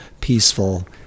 peaceful